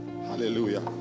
Hallelujah